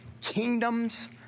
kingdoms